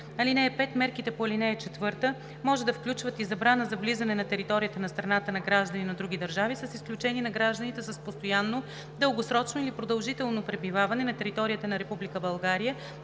област. (5) Мерките по ал. 4 може да включват и забрана за влизане на територията на страната на граждани на други държави, с изключение на гражданите с постоянно, дългосрочно или продължително пребиваване на територията на